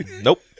Nope